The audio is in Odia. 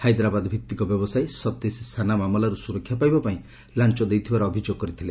ହାଇଦ୍ରାବାଦ୍ ଭିତ୍ତିକ ବ୍ୟବସାୟୀ ସତିଶ ସାନା ମାମଲାରୁ ସୁରକ୍ଷା ପାଇବା ପାଇଁ ଲାଞ୍ଚ ଦେଇଥିବାର ଅଭିଯୋଗ କରିଥିଲେ